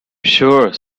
sure